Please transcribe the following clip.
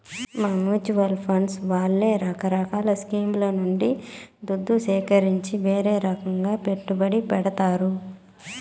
ఈ mutual fund వాళ్లే రకరకాల స్కీంల నుండి దుద్దు సీకరించి వీరే రకంగా పెట్టుబడి పెడతారు